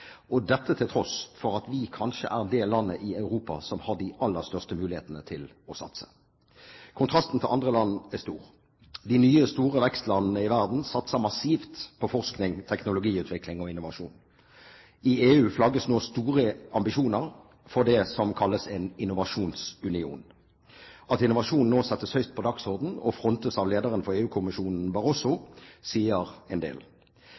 dette til tross for at vi kanskje er det landet i Europa som har de aller største mulighetene til å satse. Kontrasten til andre land er stor. De nye store vekstlandene i verden satser massivt på forskning, teknologiutvikling og innovasjon. I EU flagges nå store ambisjoner for det som kalles en innovasjonsunion. At innovasjon nå settes høyt på dagsordenen og frontes av lederen for EU-kommisjonen, Barroso, sier en del.